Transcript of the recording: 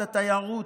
את התיירות,